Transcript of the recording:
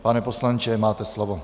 Pane poslanče, máte slovo.